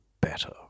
Better